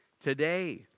today